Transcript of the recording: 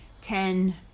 ten